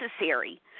necessary